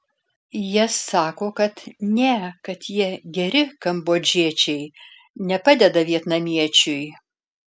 jie sako kad ne kad jie geri kambodžiečiai nepadeda vietnamiečiui